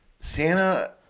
Santa